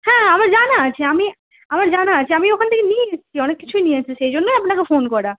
হ্যাঁ আমার জানা আছে আমি আমার জানা আছে আমি ওখান থেকে নিয়ে এসেছি অনেক কিছুই নিয়ে এসেছি সেই জন্যই আপনাকে ফোন করা